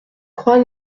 croix